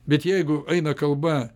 bet jeigu eina kalba